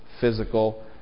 physical